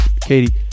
Katie